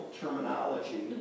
terminology